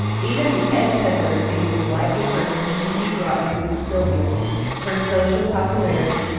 even the egg pedlar seemed a delightful person because he brought news of sylvia her social popularity,